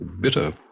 Bitter